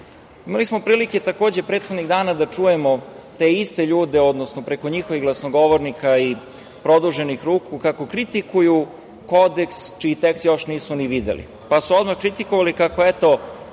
smo prilike, takođe, prethodnih dana da čujemo te iste ljude, odnosno preko njihovih glasnogovornika i produženih ruku kako kritikuju kodeks čiji tekst još nisu ni videli, pa su odmah kritikovali kako, eto,